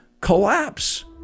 collapse